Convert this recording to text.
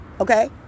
Okay